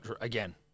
Again